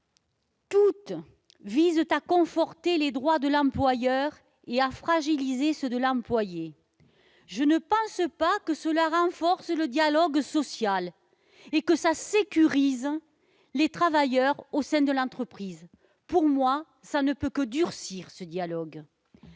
toutes à conforter les droits de l'employeur et à fragiliser ceux de l'employé. Je ne pense pas que cela renforce le dialogue social et sécurise les travailleurs au sein de l'entreprise. À mon sens, cela ne peut que durcir le dialogue